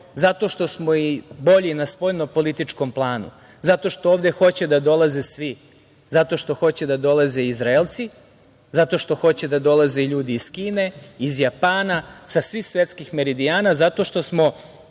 zato što smo bolji i na spoljno-političkom planu, zato što ovde hoće da dolaze svi, zato što hoće da dolaze Izraelci, zato što hoće da dolaze ljudi iz Kine, iz Japana, sa svih svetskih meridijana, zato što smo,